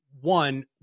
one